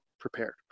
prepared